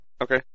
Okay